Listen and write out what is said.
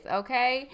okay